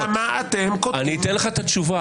למה אתם קוטעים --- אני אתן לך את התשובה.